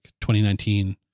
2019